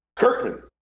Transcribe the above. Kirkman